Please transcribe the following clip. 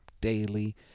daily